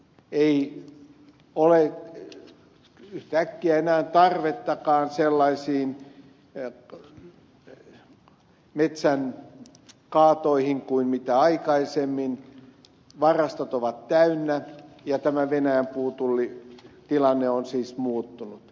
ei ole yhtäkkiä enää tarvettakaan sellaisiin metsänkaatoihin kuin aikaisemmin varastot ovat täynnä ja tämä venäjän puutullitilanne on siis muuttunut